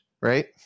right